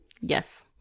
Yes